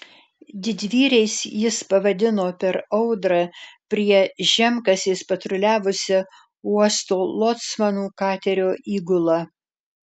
didvyriais jis pavadino per audrą prie žemkasės patruliavusią uosto locmanų katerio įgulą